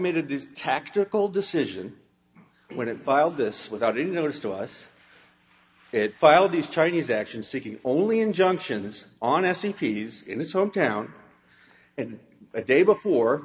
made of this tactical decision when it filed this without any notice to us it filed these chinese action seeking only injunctions on seps in this hometown and a day before